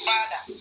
Father